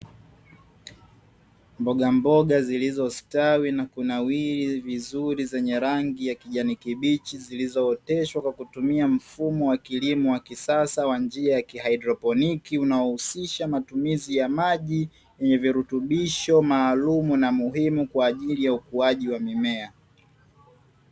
Mboga mboga zilizostawi na kunawiri vizuri zenye rangi ya kijani kibichi, zilizooteshwa kwa kutumia mfumo wa kilimo wa kisasa, wa njia ya kihydroponiki unaohusisha matumizi ya maji yenye virutubisho maalum na muhimu kwaajili ya ukuaji wa mimea.